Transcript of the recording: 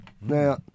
Now